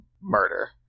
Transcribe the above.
murder